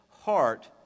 heart